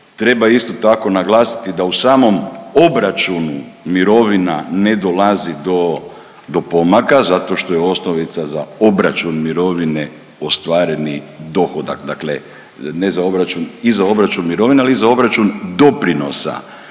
Treba isto tako naglasiti da u samom obračunu mirovina ne dolazi do, do pomaka zato što je osnovica za obračun mirovine ostvareni dohodak, dakle ne za obračun, i za obračun mirovine, ali i za obračun doprinosa